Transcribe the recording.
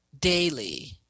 Daily